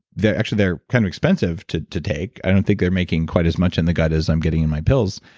actually, they're kind of expensive to to take. i don't think they're making quite as much in the gut as i'm getting in my pills.